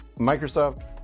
microsoft